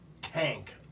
tank